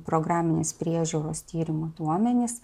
programinės priežiūros tyrimų duomenys